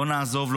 לא נעזוב,